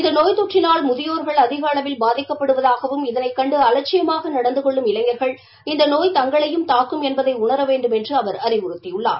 இந்த நோய் தொற்றினால் முதியோா்கள் அதிக அளவில் பாதிக்கப்படுவதாகவும் இதனைக் கண்டு அலட்சியமாக நடந்து கொள்ளும் இளைஞர்கள் இந்த நோய் தங்களையும் தாக்கும் என்பதை உணர வேண்டுமென்று அவர் அறிவுறுத்தியுள்ளார்